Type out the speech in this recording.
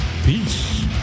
Peace